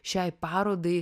šiai parodai